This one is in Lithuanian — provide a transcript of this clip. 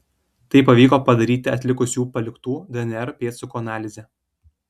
tai pavyko padaryti atlikus jų paliktų dnr pėdsakų analizę